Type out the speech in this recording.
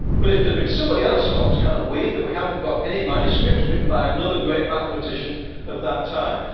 but if there had been somebody else around, it's kind of weird that we haven't got any manuscripts written by another great mathematician of that time.